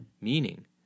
meaning